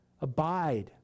Abide